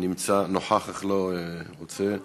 נוכח אך לא רוצה,